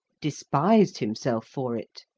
despised himself for it,